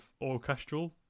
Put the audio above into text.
orchestral